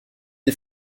les